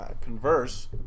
converse